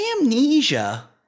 Amnesia